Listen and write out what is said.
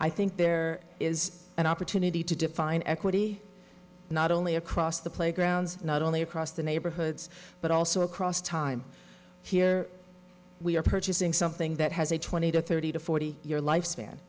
i think there is an opportunity to define equity not only across the playgrounds not only across the neighborhoods but also across time here we are purchasing something that has a twenty to thirty to forty year life span